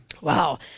Wow